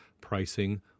pricing